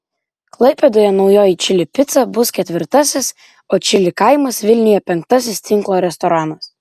klaipėdoje naujoji čili pica bus ketvirtasis o čili kaimas vilniuje penktasis tinklo restoranas